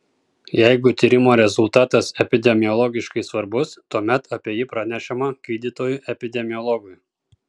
jeigu tyrimo rezultatas epidemiologiškai svarbus tuomet apie jį pranešama gydytojui epidemiologui